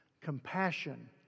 Compassion